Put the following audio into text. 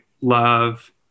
love